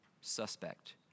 suspect